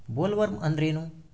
Bollworm ಅಂದ್ರೇನು?